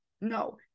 no